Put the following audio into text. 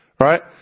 right